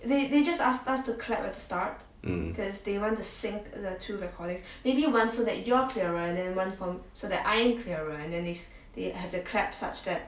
mm